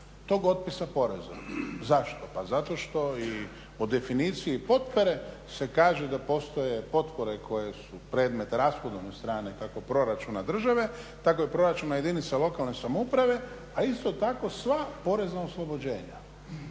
tog otpisa poreza. Zašto? Pa zato što i u definiciji potpore se kaže da postoje potpore koje su predmet rashodovne strane kako proračuna države tako i proračuna jedinice lokalne samouprave, a isto tako sva porezna oslobođenja.